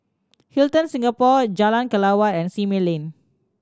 Hilton Singapore Jalan Kelawar and Simei Lane